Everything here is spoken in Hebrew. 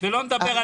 מה את מציעה לי